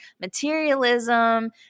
materialism